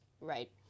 right